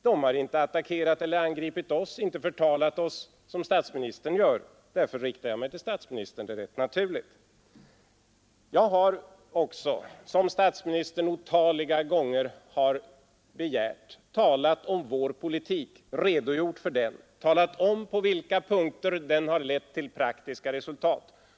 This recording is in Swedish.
De har inte angripit eller attackerat oss och inte förtalat oss som statsministern gör. Därför riktar jag mig till statsministern — det är rätt naturligt. Jag har också — något som statsministern otaliga gånger begärt - redogjort för vår politik och talat om på vilka punkter den lett till praktiska resultat.